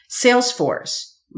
Salesforce